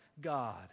God